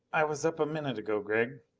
i was up a minute ago. gregg,